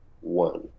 one